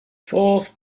fourth